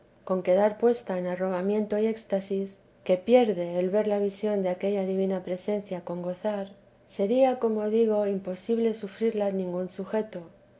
con quedar puesta en arrobamiento y éxl que pierde el ver la visión de aquella divina presencia con gozar sería como digo imposible sufrirla ningún sujeto